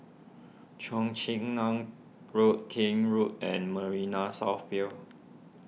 Cheong Chin Nam Road Kent Road and Marina South Pier